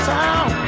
town